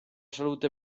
salute